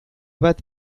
bat